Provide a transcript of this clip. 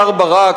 מר ברק,